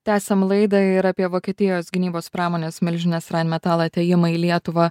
tęsiam laidą ir apie vokietijos gynybos pramonės milžinės rain metal atėjimą į lietuvą